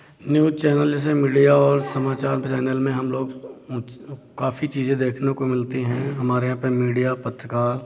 news channel जैसे media और समाचार पे चैनल में हम लोग काफ़ी चीज़ें देखने को मिलती हैं हमारे यहाँ पे मीडिया पत्रकार